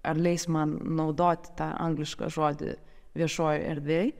ar leis man naudoti tą anglišką žodį viešojoj erdvėj